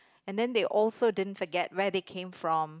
and then they also didn't forget where they came from